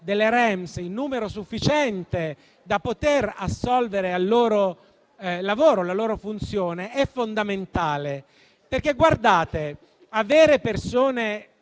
delle REMS in numero sufficiente da poter assolvere al loro lavoro e alla loro funzione è fondamentale. Avere persone